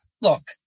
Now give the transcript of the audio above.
look